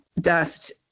Dust